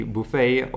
Buffet